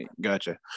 Gotcha